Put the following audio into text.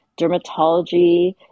dermatology